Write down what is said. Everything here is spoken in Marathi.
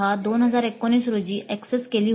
pdf ही लिंक 01062019 रोजी ऍक्सेस केली होती